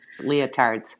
leotards